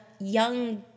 young